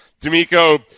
D'Amico